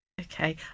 Okay